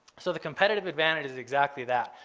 so the competitive advantage is exactly that.